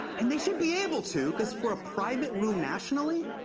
and they should be able to cause for a private room nationally,